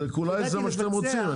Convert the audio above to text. אולי זה מה שאתם רוצים.